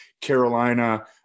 Carolina